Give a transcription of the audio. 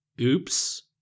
Oops